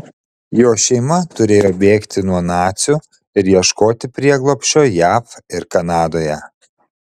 jo šeima turėjo bėgti nuo nacių ir ieškoti prieglobsčio jav ir kanadoje